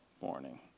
morning